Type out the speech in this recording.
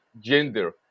gender